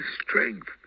strength